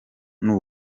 n’u